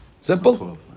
Simple